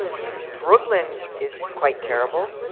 um brooklyn is quite terrible.